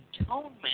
atonement